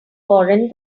warrant